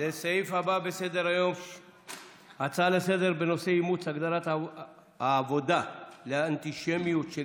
הצעה לסדר-היום בנושא: אימוץ הגדרת העבודה לאנטישמיות של